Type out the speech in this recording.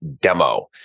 demo